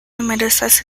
numerosas